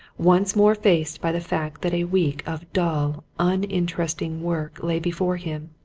once more faced by the fact that a week of dull, uninteresting work lay before him.